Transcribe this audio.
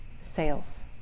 sales